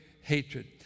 hatred